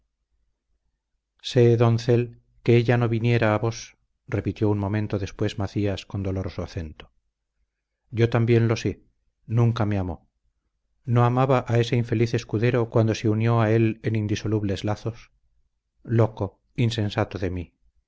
sé doncel que ella no viniera a vos repitió un momento después macías con doloroso acento yo también lo sé nunca me amó no amaba a ese infeliz escudero cuando se unió a él en indisolubles lazos loco insensato de mí